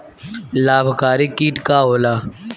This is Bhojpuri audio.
लाभकारी कीट का होला?